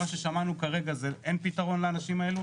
וממה ששמענו כרגע אין פתרון לאנשים האלו.